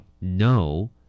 No